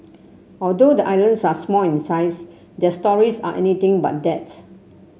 although the islands are small in size their stories are anything but that